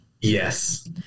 Yes